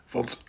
Want